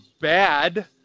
bad